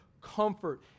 comfort